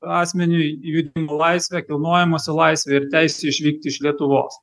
asmeniui judėjimo laisvę kilnojimosi laisvę ir teisę išvykti iš lietuvos